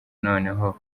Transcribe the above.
noneho